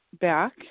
back